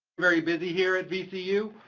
very busy here at vcu.